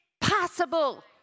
possible